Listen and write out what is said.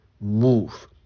move